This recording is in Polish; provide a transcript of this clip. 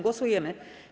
Głosujemy.